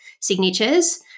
signatures